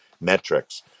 metrics